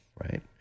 right